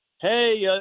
hey